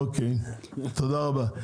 אוקיי, תודה רבה.